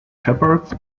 shepherds